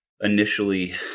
initially